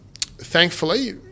Thankfully